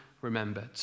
remembered